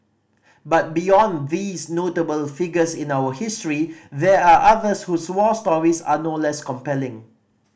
but beyond these notable figures in our history there are others whose war stories are no less compelling